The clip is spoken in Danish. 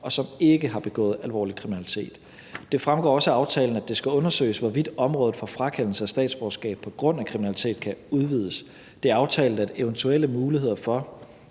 og som ikke har begået alvorlig kriminalitet. Det fremgår også af aftalen, at det skal undersøges, hvorvidt området for frakendelse af statsborgerskab på grund af kriminalitet kan udvides. Det er aftalt, at eventuelle muligheder for